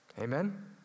Amen